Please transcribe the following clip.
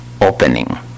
opening